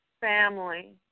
family